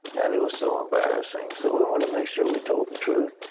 and it was so embarrassing. so we wanted to make sure we told the truth.